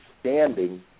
standing